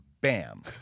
bam